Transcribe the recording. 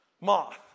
moth